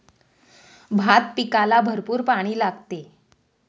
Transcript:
भात पिकाला भरपूर पाणी लागते